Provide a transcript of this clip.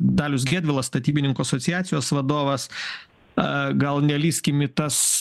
dalius gedvilas statybininkų asociacijos vadovas gal nelįskim į tas